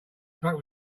truck